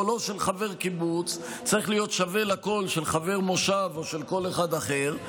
קולו של חבר קיבוץ צריך להיות שווה לקול של חבר מושב או של כל אחד אחר,